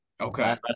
Okay